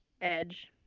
Edge